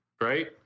Right